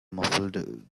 muffled